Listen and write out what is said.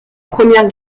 première